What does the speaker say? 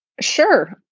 Sure